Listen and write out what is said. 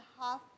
half